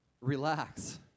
relax